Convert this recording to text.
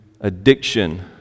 addiction